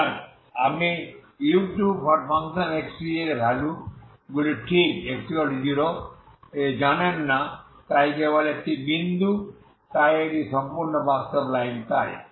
সুতরাং আপনি u2xt এর ভ্যালু গুলি ঠিক x0 এ জানেন না তাই কেবল একটি বিন্দু তাই এটি সম্পূর্ণ বাস্তব লাইন তাই